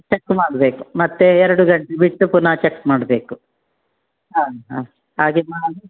check ಮಾಡಬೇಕು ಮತ್ತೆ ಎರಡು ಗಂಟೆ ಬಿಟ್ಟು ಪುನಃ ಚೆಕ್ ಮಾಡಬೇಕು ಹಾಂ ಹಾಂ ಹಾಗೆ ಮಾಡಿ